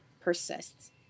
persists